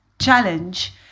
challenge